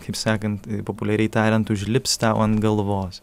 kaip sakant populiariai tariant užlips tau ant galvos